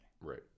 Right